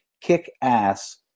kick-ass